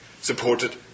supported